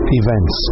events